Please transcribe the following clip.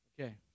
Okay